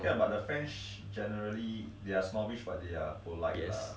yes